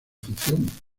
función